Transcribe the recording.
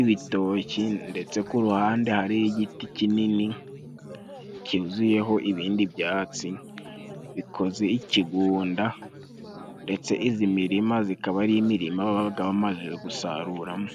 ibitoki. Ndetse ku ruhande hariho igiti kinini cyuzuyeho ibindi byatsi, bikoze ikigunda ndetse izi mirima zikaba, ari imirima babaga bamaze gusaruramo.